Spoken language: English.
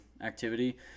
activity